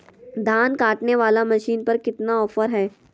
धान काटने वाला मसीन पर कितना ऑफर हाय?